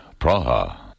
Praha